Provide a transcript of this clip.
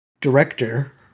director